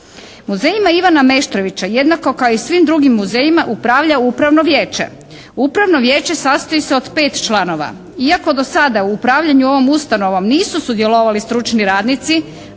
Muzej Ivana Meštrovića jednako kao i svim drugim muzejima upravlja upravno vijeće. Upravno vijeće sastoji se od pet članova. Iako do sada u upravljanju ovom ustanovom nisu sudjelovali stručni radnici,